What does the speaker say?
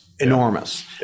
enormous